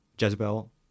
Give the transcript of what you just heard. Jezebel